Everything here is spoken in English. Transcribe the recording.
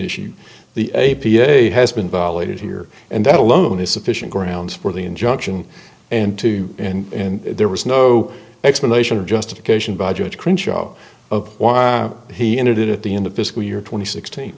issue the a p a has been violated here and that alone is sufficient grounds for the injunction and to and there was no explanation or justification budget crunch job of why he ended it at the end of fiscal year twenty sixteen